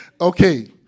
Okay